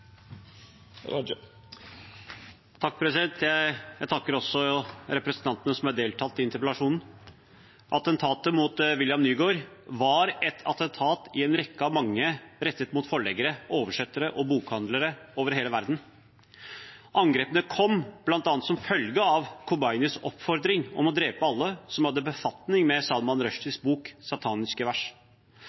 Jeg takker representantene som har deltatt i interpellasjonen. Attentatet mot William Nygaard var et attentat i en rekke av mange rettet mot forleggere, oversettere og bokhandlere over hele verden. Angrepene kom bl.a. som følge av Khomeinis oppfordring om å drepe alle som hadde befatning med Salman Rushdies bok Sataniske vers.